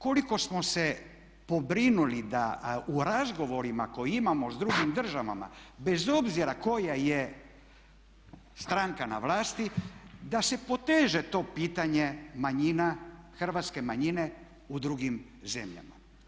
Koliko smo se pobrinuli da u razgovorima koje imamo sa drugim državama bez obzira koja je stranka na vlasti da se poteže to pitanje manjina, hrvatske manjine u drugim zemljama.